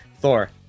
Thor